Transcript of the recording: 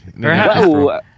Whoa